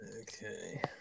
Okay